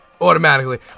automatically